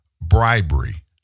bribery